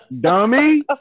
dummy